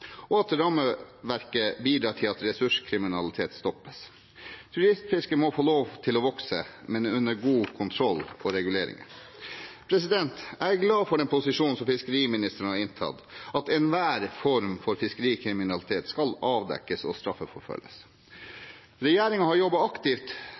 og ansvarlig, og sikre at rammeverket bidrar til at ressurskriminaliteten stoppes. Turistfisket må få lov til å vokse, men under god kontroll og regulering. Jeg er glad for den posisjonen fiskeriministeren har inntatt – at enhver form for fiskerikriminalitet skal avdekkes og